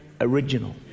original